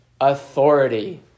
Authority